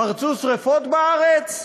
פרצו שרפות בארץ,